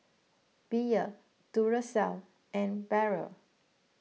Bia Duracell and Barrel